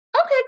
okay